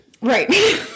Right